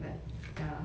but ya